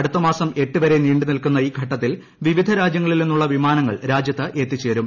അടുത്തമാസം എട്ടുവരെ നീണ്ടു നിൽക്കുന്ന ഈ ഘട്ടത്തിൽ വിവിധ രാജ്യങ്ങളിൽ നിന്നുള്ള വിമാനങ്ങൾ രാജ്യത്ത് എത്തിച്ചേരും